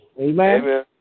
Amen